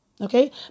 Okay